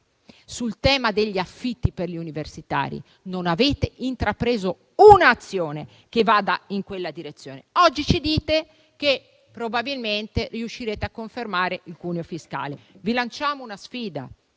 il tema degli affitti per gli universitari, ma non avete intrapreso un'azione che vada in quella direzione. Oggi ci dite che probabilmente riuscirete a confermare il cuneo fiscale. Vi lanciamo una sfida: